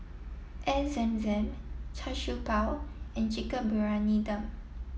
Air Zam Zam Char Siew Bao and Chicken Briyani Dum